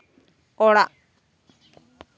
ᱚᱲᱟᱜ